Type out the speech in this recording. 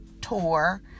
tour